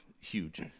Huge